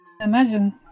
Imagine